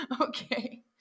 okay